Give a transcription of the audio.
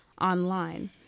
online